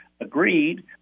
agreed